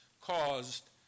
caused